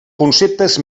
conceptes